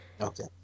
Okay